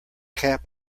cap